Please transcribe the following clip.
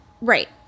Right